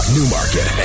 Newmarket